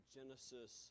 Genesis